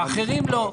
והאחרים לא.